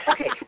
Okay